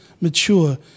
mature